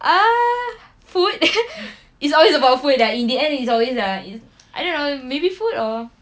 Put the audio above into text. ah food it's always about food ah in the end it's always ah it's I don't know maybe food or